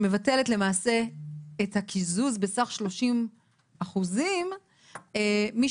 שמבטלת למעשה את הקיזוז בסך 30%. מי